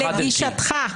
לגישתך.